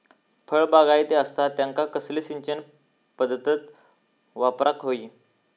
फळबागायती असता त्यांका कसली सिंचन पदधत वापराक होई?